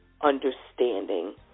understanding